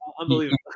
unbelievable